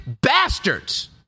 bastards